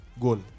goal